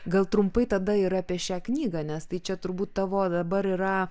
gal trumpai tada ir apie šią knygą nes tai čia turbūt tavo dabar yra